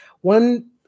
One